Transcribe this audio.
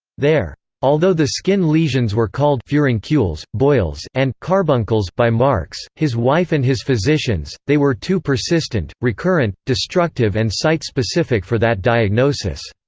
there, although the skin lesions were called furuncules, boils and carbuncles by marx, his wife and his physicians, they were too persistent, recurrent, destructive and site-specific for that diagnosis.